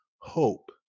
hope